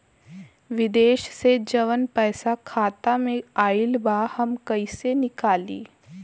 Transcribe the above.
विदेश से जवन पैसा खाता में आईल बा हम कईसे निकाली?